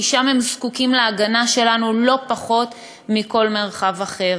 כי שם הם זקוקים להגנה שלנו לא פחות מבכל מרחב אחר.